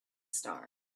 star